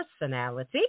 personality